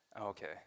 Okay